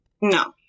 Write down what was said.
No